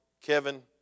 Kevin